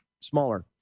smaller